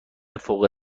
فوق